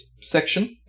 section